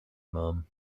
mum